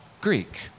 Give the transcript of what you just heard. Greek